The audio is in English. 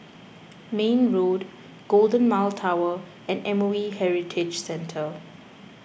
Mayne Road Golden Mile Tower and M O E Heritage Centre